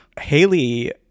Haley